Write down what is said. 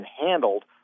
handled